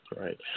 Right